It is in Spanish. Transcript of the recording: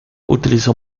utilizó